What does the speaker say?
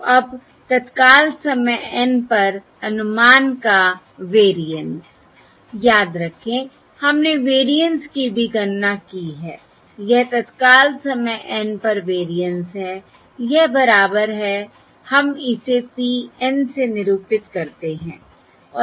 तो अब तत्काल समय N पर अनुमान का वेरिएंस याद रखें हमने वेरिएंस की भी गणना की है यह तत्काल समय N पर वेरिएंस है यह बराबर है हम इसे P N से निरूपित करते हैं